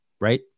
right